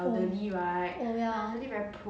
ya oh ya